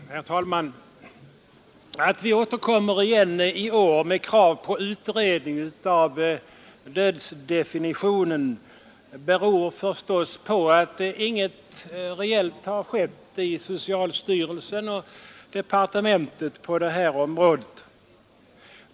Herr talman! Att vi återkommer i år med krav på utredning av dödsdefinitionen beror förstås på att inget reellt har hänt i socialstyrelsen och i departementet på detta område.